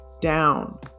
down